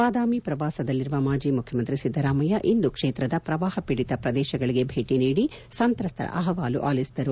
ಬಾದಾಮಿ ಪ್ರವಾಸಲ್ಲಿರುವ ಮಾಜಿ ಮುಖ್ಯಮಂತ್ರಿ ಸಿದ್ದರಾಮಯ್ಯ ಇಂದು ಕ್ಷೇತ್ರದ ಪ್ರವಾಪ ಪೀಡಿತ ಪ್ರದೇಶಗಳಿಗೆ ಭೇಟಿ ನೀಡಿ ಸಂತ್ರಸ್ತರ ಅಹವಾಲು ಅಲಿಸಿದರು